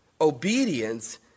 Obedience